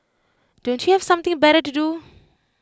don't you have something better to do